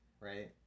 right